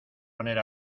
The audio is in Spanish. poner